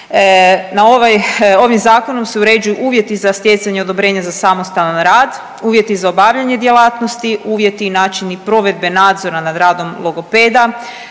Ovim zakonom se uređuju uvjeti za stjecanje i odobrenje za samostalan rad, uvjeti za obavljanje djelatnosti, uvjeti i načini provedbe nadzora nad radom logopeda,